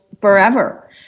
forever